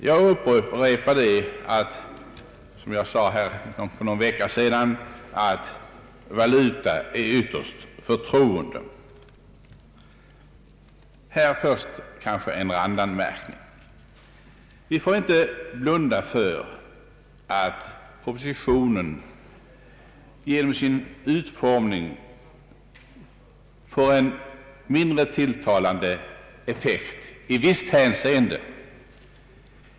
Jag upprepar vad jag sade här för någon vecka sedan att valuta är ytterst förtroende. Här först kanske en randanmärkning. Vi får inte blunda för att propositionen genom sin utformning får en mindre tilltalande effekt i visst hänseende.